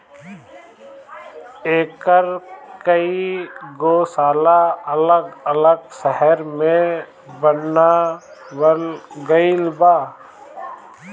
एकर कई गो शाखा अलग अलग शहर में बनावल गईल बा